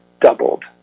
doubled